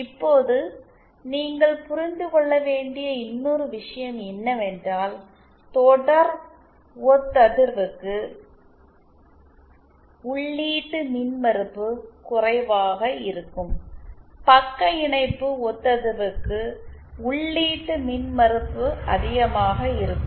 இப்போது நீங்கள் புரிந்து கொள்ள வேண்டிய இன்னொரு விஷயம் என்னவென்றால் தொடர் ஒத்ததிர்வுக்கு உள்ளீட்டு மின்மறுப்பு குறைவாக இருக்கும் பக்க இணைப்பு ஒத்ததிர்வுக்கு உள்ளீட்டு மின்மறுப்பு அதிகமாக இருக்கும்